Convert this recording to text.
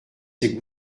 ses